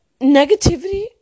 Negativity